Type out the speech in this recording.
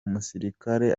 musirikare